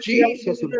Jesus